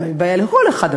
זו בעיה לכל אחד,